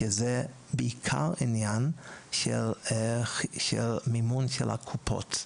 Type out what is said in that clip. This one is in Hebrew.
שזה בעיקר עניין של מימון של הקופות,